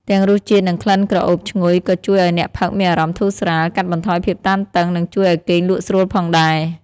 ទាំងរសជាតិ និងក្លិនក្រអូបឈ្ងុយក៏ជួយឲ្យអ្នកផឹកមានអារម្មណ៍ធូរស្រាល កាត់បន្ថយភាពតានតឹង និងជួយឲ្យគេងលក់ស្រួលផងដែរ។